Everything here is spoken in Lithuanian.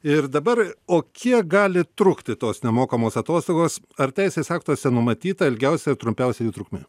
ir dabar o kiek gali trukti tos nemokamos atostogos ar teisės aktuose numatyta ilgiausia ir trumpiausia jų trukmė